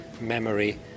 memory